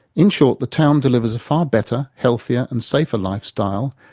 in short, the town delivers a far better, healthier and safer lifestyle,